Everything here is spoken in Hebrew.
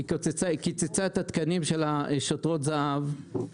היא קיצצה את התקנים של שוטרות זה"ב,